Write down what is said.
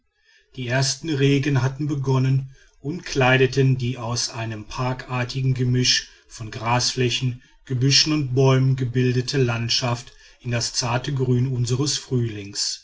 die ersten regen hatten begonnen und kleideten die aus einem parkartigen gemisch von grasflächen gebüschen und bäumen gebildete landschaft in das zarte grün unseres frühlings